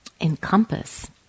encompass